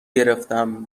گرفتم